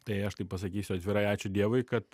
tai aš taip pasakysiu atvirai ačiū dievui kad